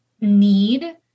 need